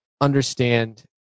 understand